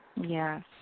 Yes